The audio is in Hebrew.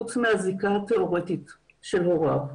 חוץ מהזיקה התיאורטית של הוריו,